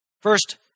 First